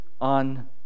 on